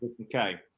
Okay